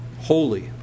Holy